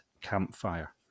Campfire